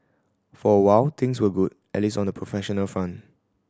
for a while things were good at least on the professional front